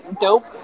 dope